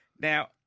Now